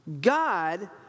God